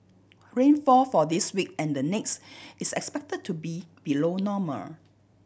rainfall for this week and the next is expected to be below normal